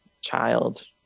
child